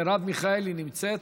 מרב מיכאלי נמצאת?